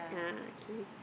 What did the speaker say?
ah okay